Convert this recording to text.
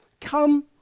Come